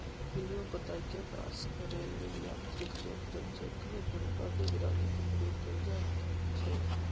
पिलुआ पताईके नाश करे लेल यांत्रिक नियंत्रण, जैविक नियंत्रण आऽ निगरानी के प्रयोग कएल जाइ छइ